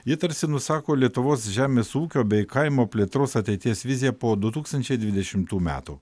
ji tarsi nusako lietuvos žemės ūkio bei kaimo plėtros ateities viziją po du tūkstančiai dvidešimtų metų